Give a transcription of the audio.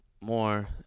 more